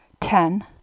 Ten